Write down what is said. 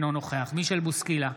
אינו נוכח מישל בוסקילה,